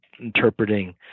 interpreting